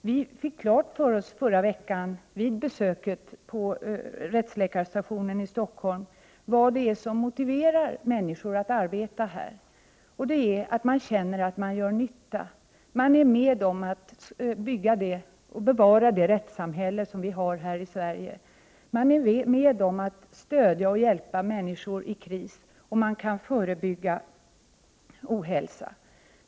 Vi fick klart för oss vid besöket på rättsläkarstationen i Stockholm förra veckan vad som motiverar människor att arbeta där. Det är att man känner att man gör nytta. Man är med om att bygga och bevara det rättssamhälle som vi har i Sverige. Man är med om att stödja och hjälpa människor i kris. Man kan förebygga ohälsa.